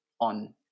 on